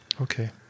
Okay